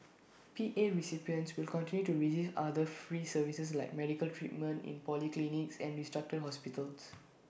P A recipients will continue to receive other free services like medical treatment in polyclinics and restructured hospitals